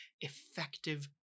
effective